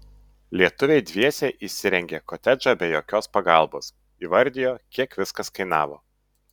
lietuviai dviese įsirengė kotedžą be jokios pagalbos įvardijo kiek viskas kainavo